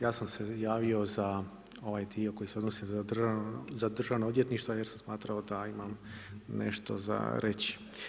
Ja sam se javio za ovaj dio koji se odnosi za Državno odvjetništvo jer sam smatrao da imam nešto za reći.